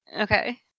Okay